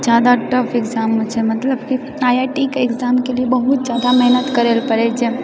जादा tough exam होइत छै मतलब कि आइआइटीके एग्जामके लिए बहुत जादा मेहनत करै ला पड़ैत छै